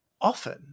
often